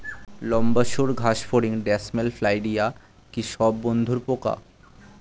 লম্বা সুড় ঘাসফড়িং ড্যামসেল ফ্লাইরা কি সব বন্ধুর পোকা?